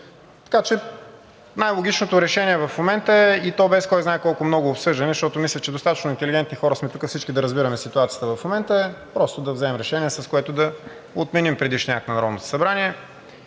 Най-логичното решение в момента, и то без кой знае колко много обсъждания, защото мисля, че достатъчно интелигентни хора сме тук, всички да разбираме ситуацията в момента, е просто да вземем решение, с което да отменим предишния акт на Народното събрание